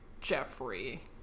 Jeffrey